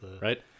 Right